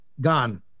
gone